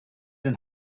and